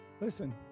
Listen